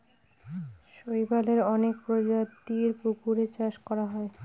শৈবালের অনেক প্রজাতির পুকুরে চাষ করা হয়